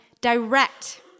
direct